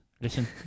listen